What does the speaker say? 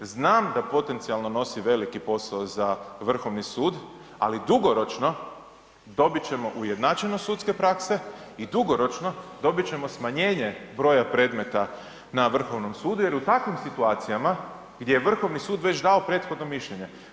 Znam da potencijalno nosi veliki posao za Vrhovni sud, ali dugoročno, dobiti ćemo ujednačeno sudske prakse i dugoročno, dobiti ćemo smanjenje broja predmeta na Vrhovnom sudu, jer u takvim situacijama, gdje je Vrhovni sud već dao prethodno mišljenje.